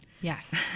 Yes